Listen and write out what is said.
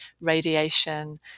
radiation